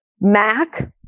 Mac